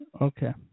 Okay